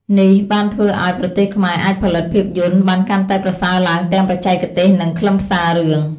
នេះបានធ្វើឱ្យ ប្រទេសខ្មែរអាចផលិតភាពយន្ត បានកាន់តែប្រសើរឡើងទាំងបច្ចេកទេស និង ខ្លឹមសាររឿង។